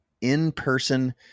in-person